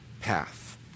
path